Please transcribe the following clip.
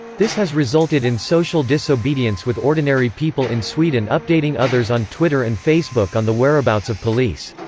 this has resulted in social disobedience with ordinary people in sweden updating others on twitter and facebook on the whereabouts of police.